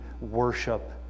worship